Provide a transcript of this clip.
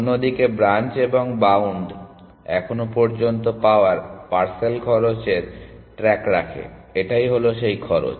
অন্যদিকে ব্রাঞ্চ এবং বাউন্ড এখন পর্যন্ত পাওয়া পার্সেল খরচের ট্র্যাক রাখে এটাই হলো সেই খরচ